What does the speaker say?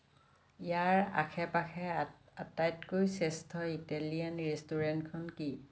ইয়াৰে আশে পাশে আটাইতকৈ শ্ৰেষ্ঠ ইটালিয়েন ৰেষ্টুৰেণ্টখন কি